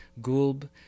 Gulb